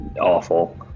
awful